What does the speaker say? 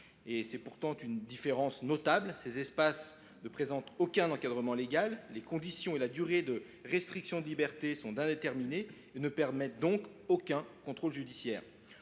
milieu carcéral. Différence notable, cependant : ces espaces ne présentent aucun encadrement légal. Les conditions et la durée de restriction de liberté sont indéterminées et ne permettent donc aucun contrôle judiciaire.